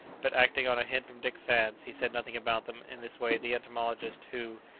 but acting on a hint from dick sands, he said nothing about them in this way the entomologist, who,